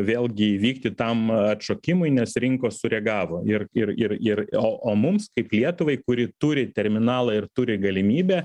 vėlgi įvykti tam atšokimui nes rinkos sureagavo ir ir ir ir o o mums kaip lietuvai kuri turi terminalą ir turi galimybę